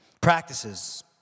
Practices